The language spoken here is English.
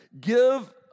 Give